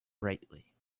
brightly